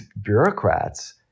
bureaucrats